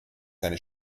seine